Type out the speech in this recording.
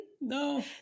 No